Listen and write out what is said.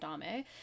dame